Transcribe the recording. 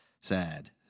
sad